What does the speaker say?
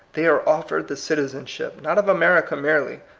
they are offered the citizenship, not of america merely,